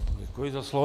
Děkuji za slovo.